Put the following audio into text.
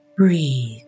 Breathe